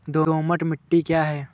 दोमट मिट्टी क्या है?